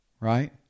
right